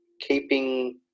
keeping